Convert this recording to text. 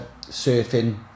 surfing